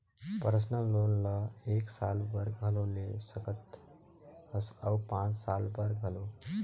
personal loan ल एक साल बर घलो ले सकत हस अउ पाँच साल बर घलो